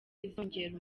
izongera